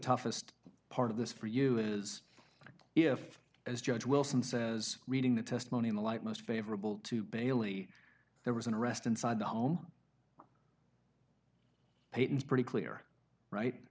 toughest part of this for you is if as judge wilson says reading the testimony in the light most favorable to bailey there was an arrest inside the home page it's pretty clear right